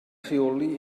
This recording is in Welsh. rheoli